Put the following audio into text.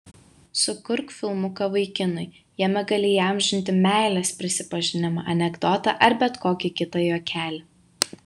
sukurk filmuką vaikinui jame gali įamžinti meilės prisipažinimą anekdotą ar bet kokį kitą juokelį